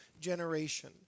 generation